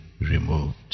removed